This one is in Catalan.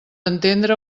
entendre